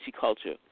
culture